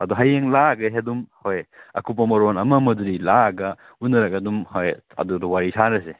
ꯑꯗꯨ ꯍꯌꯦꯡ ꯂꯥꯛꯑꯒ ꯍꯦꯛ ꯑꯗꯨꯝ ꯍꯣꯏ ꯑꯀꯨꯞꯄ ꯃꯔꯣꯟ ꯑꯃ ꯑꯃꯗꯨꯗꯤ ꯂꯥꯛꯑꯒ ꯎꯅꯔꯒ ꯑꯗꯨꯝ ꯍꯣꯏ ꯑꯗꯨꯗ ꯋꯥꯔꯤ ꯁꯥꯔꯁꯦ